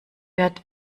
wird